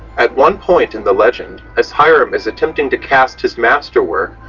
at one point in the legend, as hiram is attempting to cast his master work,